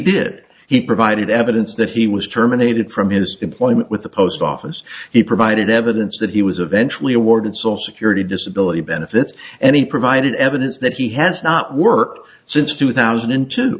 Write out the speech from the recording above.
did he provided evidence that he was terminated from his employment with the post office he provided evidence that he was eventually awarded social security disability benefits and he provided evidence that he has not worked since two thousand and two